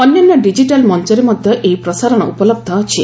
ଅନ୍ୟାନ୍ୟ ଡିଜିଟାଲ୍ ମଞ୍ଚରେ ମଧ୍ୟ ଏହି ପ୍ରସାରଣ ଉପଲବ୍ଧ ଅଛି